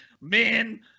men